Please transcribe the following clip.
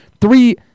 Three